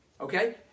Okay